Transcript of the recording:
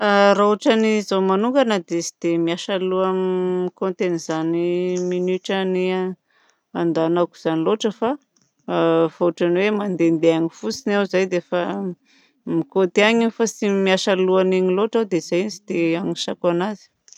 Raha ohatran'zaho manokana dia tsy dia miasa loha mikaonty an'izany minitra andehanako zany loatra fa fa ohatran'ny hoe mandendeha any fotsiny aho zay dia efa mikaonty ihany aho fa tsy dia miasa loha amin'iny loatra dia zay no tsy dia hanisako anazy.